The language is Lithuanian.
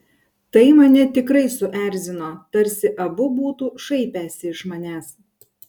tai mane tikrai suerzino tarsi abu būtų šaipęsi iš manęs